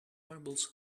bibles